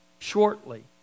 Shortly